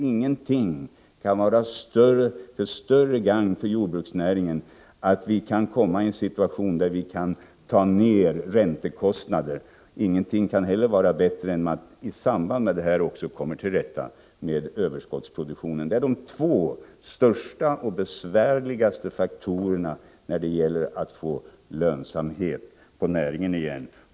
Ingenting kan vara till större gagn för jordbruksnäringen än att vi får en situation där vi kan minska räntekostnaderna. Ingenting kan heller vara bättre än att vi i samband härmed också kommer till rätta med överskottsproduktionen. Detta är de två största och besvärligaste faktorerna när det gäller att på nytt få lönsamhet inom näringen.